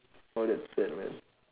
oh that's sad man